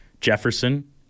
Jefferson